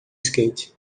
skate